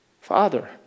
Father